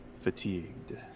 fatigued